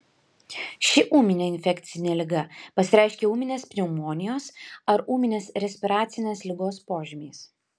ši ūminė infekcinė liga pasireiškia ūminės pneumonijos ar ūminės respiracinės ligos požymiais